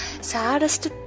saddest